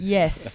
Yes